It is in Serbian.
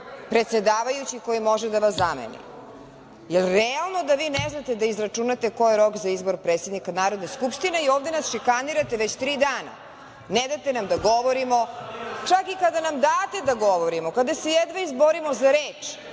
predsedavajući koji može da vas zameni. Da li je realno da vi ne znate da izračunate koji je rok za izbor predsednika Narodne skupštine i ovde nas šikanirate već tri dana? Ne date nam da govorimo, čak i kada nam date da govorimo, kada se jedva izborimo za reč,